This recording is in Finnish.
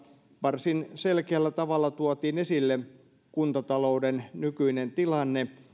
varsin selkeällä tavalla tuotiin esille kuntatalouden nykyinen tilanne